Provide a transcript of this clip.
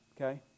Okay